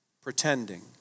pretending